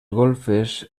golfes